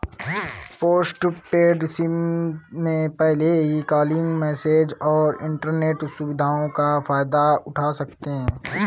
postpaid SIM में पहले ही कॉलिंग, मैसेजस और इन्टरनेट सुविधाओं का फायदा उठा सकते हैं